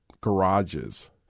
garages